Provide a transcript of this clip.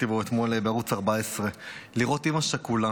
בו אתמול בערוץ 14. לראות אימא שכולה